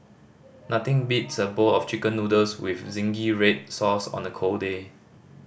nothing beats a bowl of Chicken Noodles with zingy red sauce on a cold day